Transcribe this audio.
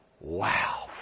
wow